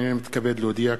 אני מתכבד להודיע,